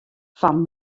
fan